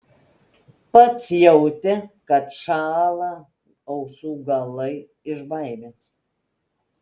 pats jautė kad šąla ausų galai iš baimės